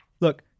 look